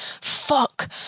Fuck